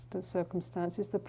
circumstances